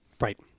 Right